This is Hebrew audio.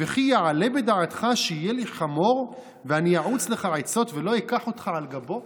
וכי יעלה בדעתך שיהיה לי חמור ואני אעוץ לך עצות ולא אקח אותך על גבו?